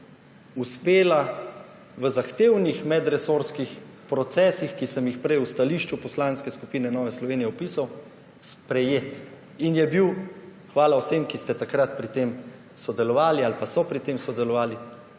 uspela v zahtevnih medresorskih procesih, ki sem jih prej v stališču Poslanske skupine Nove Slovenije opisal, zakon sprejeti, in je bil, hvala vsem, ki ste takrat pri tem sodelovali ali pa so pri tem sodelovali,